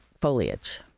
foliage